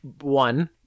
One